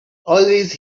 always